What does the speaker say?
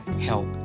help